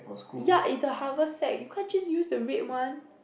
ya it's a harvest set you can't just use the red one